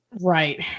Right